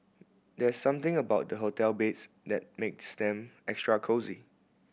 there's something about the hotel beds that makes them extra cosy